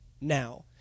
now